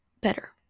better